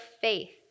faith